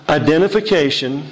identification